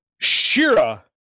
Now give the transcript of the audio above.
Shira